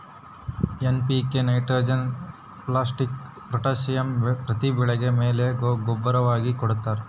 NPK nitrogen phosphate potassium ಪ್ರತಿ ಬೆಳೆಗೆ ಮೇಲು ಗೂಬ್ಬರವಾಗಿ ಕೊಡ್ತಾರ